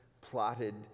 plotted